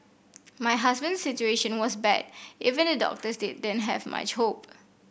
my husband's situation was bad even the doctors didn't have much hope